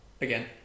again